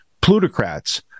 Plutocrats